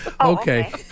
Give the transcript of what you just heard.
okay